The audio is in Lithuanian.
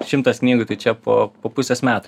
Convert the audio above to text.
šimtas knygų tai čia po po pusės metų